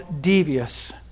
devious